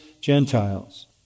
Gentiles